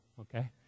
Okay